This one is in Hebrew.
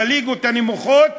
בליגות הנמוכות,